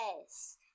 Yes